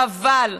אבל,